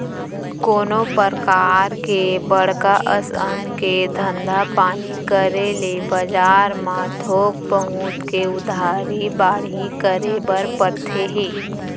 कोनो परकार के बड़का असन के धंधा पानी करे ले बजार म थोक बहुत के उधारी बाड़ही करे बर परथे ही